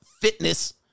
fitness